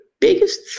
biggest